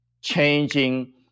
changing